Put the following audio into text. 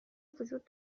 وجود